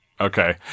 Okay